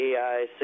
AI